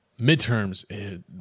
midterms